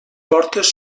portes